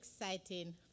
exciting